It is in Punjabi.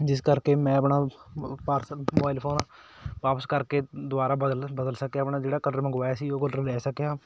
ਜਿਸ ਕਰਕੇ ਮੈਂ ਆਪਣਾ ਪਾਰਸਲ ਮੋਬਾਈਲ ਫੋਨ ਵਾਪਸ ਕਰਕੇ ਦੁਬਾਰਾ ਬਦਲ ਬਦਲ ਸਕਿਆ ਆਪਣਾ ਜਿਹੜਾ ਕਲਰ ਮੰਗਵਾਇਆ ਸੀ ਉਹ ਕਲਰ ਲੈ ਸਕਿਆ